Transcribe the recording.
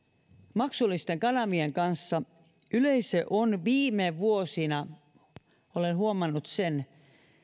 maksullisten kanavien kanssa yle on viime vuosina olen huomannut sen